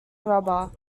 robber